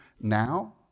now